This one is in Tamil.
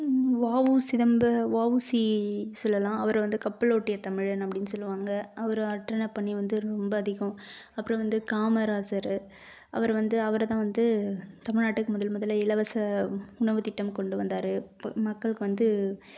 வா உ சிதம்பர வா உ சி சொல்லலாம் அவர் வந்து கப்பலோட்டிய தமிழன் அப்படின் சொல்வாங்க அவர் ஆற்றின பணி வந்து ரொம்ப அதிகம் அப்புறம் வந்து காமராசர் அவர் வந்து அவரைதான் வந்து தமிழ்நாட்டுக்கு முதல் முதலில் இலவச உணவத்திட்டம் கொண்டு வந்தார் ப மக்களுக்கு வந்து